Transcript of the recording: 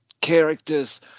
characters